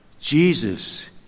Jesus